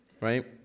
right